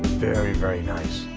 very very